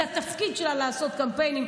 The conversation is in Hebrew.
זה התפקיד שלה לעשות קמפיינים,